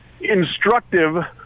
instructive